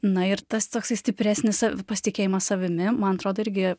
na ir tas toksai stipresnis pasitikėjimas savimi man atrodo irgi